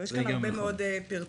יש כאן הרבה מאוד פרצות.